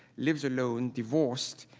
lives alone, divorced,